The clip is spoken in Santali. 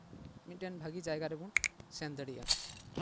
ᱢᱤᱫᱴᱮᱱ ᱵᱷᱟᱜᱮ ᱡᱟᱭᱜᱟ ᱨᱮᱵᱚᱱ ᱥᱮᱱ ᱫᱟᱲᱮᱭᱟᱜᱼᱟ